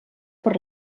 per